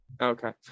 okay